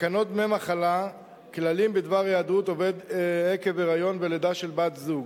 תקנות דמי מחלה (כללים בדבר היעדרות עובד עקב היריון ולידה של בת-זוג),